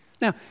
Now